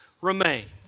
remains